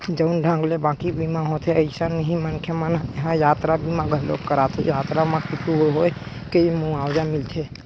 जउन ढंग ले बाकी बीमा होथे अइसने ही मनखे मन ह यातरा बीमा घलोक कराथे यातरा म कुछु होय ले मुवाजा मिलथे